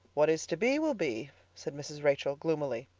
what is to be, will be, said mrs. rachel gloomily,